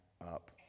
up